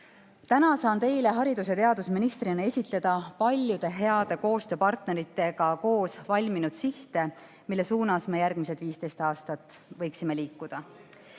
saan teile haridus‑ ja teadusministrina esitleda paljude heade koostööpartneritega koos valminud sihte, mille suunas me järgmised 15 aastat võiksime liikuda.